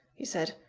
he said.